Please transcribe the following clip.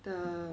the